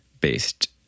based